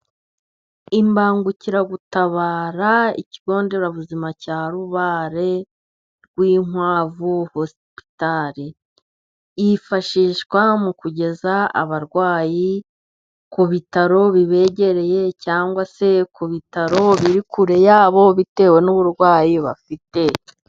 Imbangukiragutabara y'ikigo nderabuzima cya Rubare, Rwinkwavu hosipitari. Yifashishwa mu kugeza abarwayi ku bitaro bibegereye, cyangwa se ku bitaro biri kure yabo, bitewe n'uburwayi bafite.